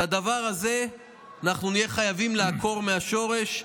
את הדבר הזה אנחנו נהיה חייבים לעקור מהשורש.